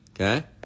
okay